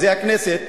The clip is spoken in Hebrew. הכנסת,